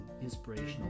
inspirational